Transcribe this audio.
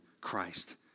Christ